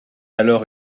alors